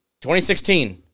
2016